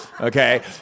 okay